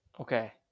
Okay